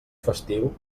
festiu